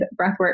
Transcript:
breathwork